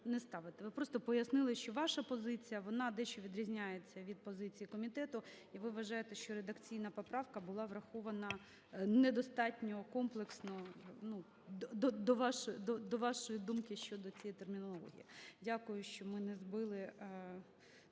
Ви просто пояснили, що ваша позиція, вона дещо відрізняється від позиції комітету, і ви вважаєте, що редакційна поправка була врахована недостатньо комплексно до вашої думки щодо цієї термінології. Дякую, що ми не збили